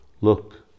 look